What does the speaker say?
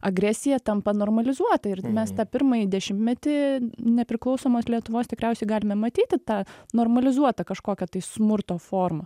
agresija tampa normalizuota ir mes tą pirmąjį dešimtmetį nepriklausomos lietuvos tikriausiai galime matyti tą normalizuotą kažkokią tai smurto formą